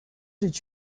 did